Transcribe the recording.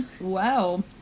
Wow